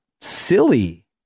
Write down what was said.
silly